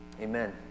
Amen